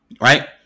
right